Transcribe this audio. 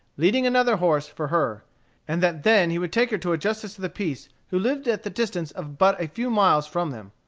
leading another horse for her and that then he would take her to a justice of the peace who lived at the distance of but a few miles from them,